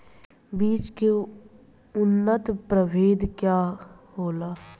बीज के उन्नत प्रभेद का होला?